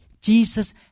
Jesus